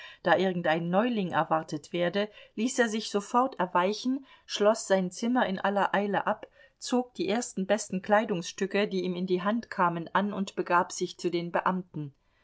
da irgendein neuling erwartet werde ließ er sich sofort erweichen schloß sein zimmer in aller eile ab zog die ersten besten kleidungsstücke die ihm in die hand kamen an und begab sich zu den beamten